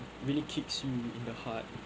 really kicks you in the heart